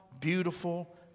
beautiful